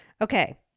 Okay